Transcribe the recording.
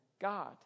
God